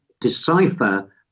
decipher